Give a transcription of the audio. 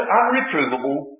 unreprovable